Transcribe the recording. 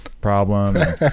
problem